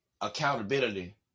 accountability